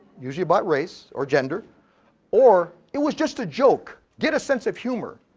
use your but ways or gender or it was just a joke. get a sense of humour.